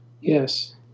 Yes